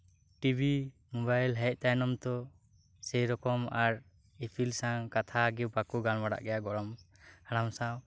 TV mobile ᱦᱮᱡ ᱛᱟᱭᱱᱚᱢ ᱫᱚ ᱥᱮ ᱨᱚᱠᱚᱢ ᱟᱨ ᱤᱯᱤᱞ ᱥᱟᱣ ᱠᱟᱛᱷᱟ ᱜᱮ ᱵᱟᱠᱚ ᱜᱟᱞᱢᱟᱨᱟᱜ ᱜᱮᱭᱟ ᱜᱚᱲᱚᱢ ᱦᱟᱲᱟᱢ ᱥᱟᱶ